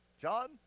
John